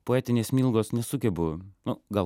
poetinės smilgos nesugebu nu gal